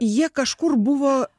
jie kažkur buvo